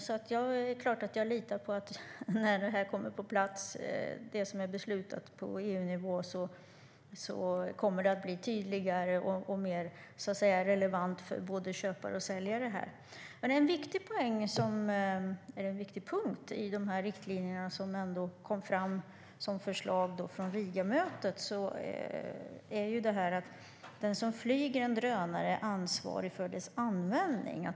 Det är klart att jag litar på att det kommer att bli tydligare och mer relevant för både köpare och säljare när det som beslutas på EU-nivå kommer på plats. Men en viktig punkt i de riktlinjer som kom fram som förslag från Rigamötet är att den som flyger en drönare är ansvarig för dess användning.